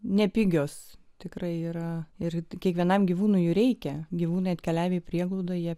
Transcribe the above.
nepigios tikrai yra ir kiekvienam gyvūnui reikia gyvūnai atkeliavę prieglaudoje